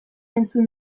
entzun